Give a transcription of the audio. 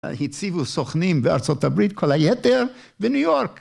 הציבו סוכנים בארצות הברית כל היתר בניו יורק